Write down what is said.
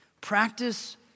Practice